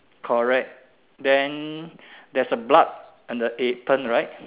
correct then there's a blood on the apron right